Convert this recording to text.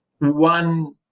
one